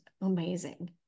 amazing